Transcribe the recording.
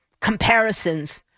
comparisons